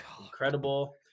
incredible